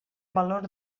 valor